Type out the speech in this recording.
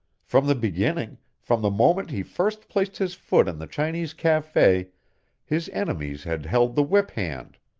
from the beginning from the moment he first placed his foot in the chinese cafe his enemies had held the whip-hand.